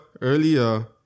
Earlier